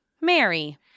Mary